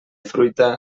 fruita